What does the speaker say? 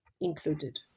included